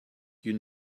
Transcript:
you